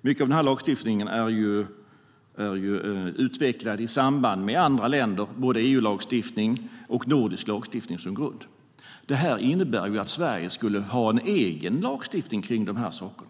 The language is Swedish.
Mycket av denna lagstiftning är utvecklad tillsammans med andra länder, både EU-lagstiftning och nordisk lagstiftning som grupp. Det här innebär att Sverige skulle ha en egen lagstiftning kring dessa saker.